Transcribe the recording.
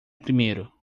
primeiro